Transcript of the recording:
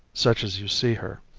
such as you see her,